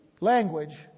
language